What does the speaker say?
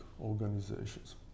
organizations